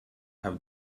have